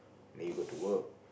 then you go to work